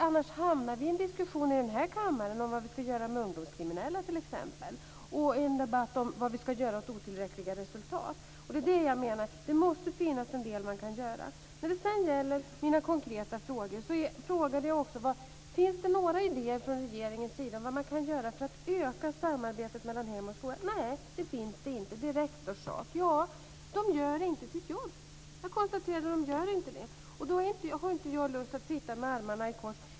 Annars hamnar vi i en diskussion i denna kammare om vad vi ska göra med ungdomskriminella, t.ex., och i en debatt om vad vi ska göra åt otillräckliga resultat. Jag menar att det måste finnas en del man kan göra. Jag frågade också om det finns några idéer från regeringens sida om vad man kan göra för att öka samarbetet mellan hem och skola. Nej, det finns det inte. Det är rektors sak. Jag konstaterar att de inte gör sitt jobb. Då har inte jag lust att sitta med armarna i kors.